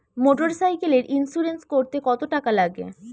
মোটরসাইকেলের ইন্সুরেন্স করতে কত টাকা লাগে?